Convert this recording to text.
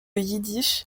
yiddish